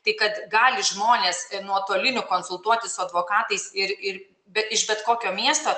tai kad gali žmonės nuotoliniu konsultuotis su advokatais ir ir be iš bet kokio miesto